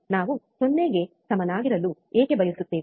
ನಾವು 0 ಗೆ ಸಮನಾಗಿರಲು ಏಕೆ ಬಯಸುತ್ತೇವೆ